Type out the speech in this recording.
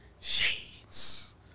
shades